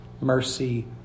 mercy